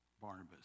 Barnabas